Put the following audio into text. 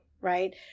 right